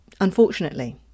Unfortunately